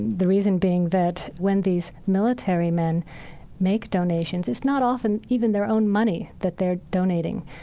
the reason being that when these military men make donations, it's not often, even their own money that they are donating.